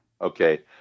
Okay